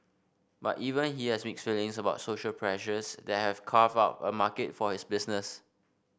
but even he has mixed feelings about social pressures that have carved out a market for his business